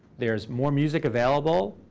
there's more music available,